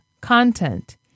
content